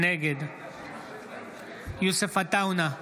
נגד יוסף עטאונה,